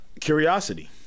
Curiosity